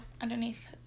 underneath